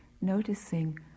noticing